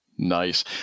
Nice